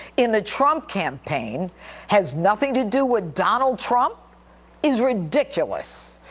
in the trump campaign has nothing to do with donald trump is ridiculous.